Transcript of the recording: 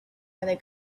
other